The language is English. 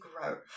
grow